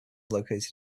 located